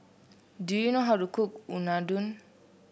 do you know how to cook Unadon